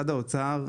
האוצר,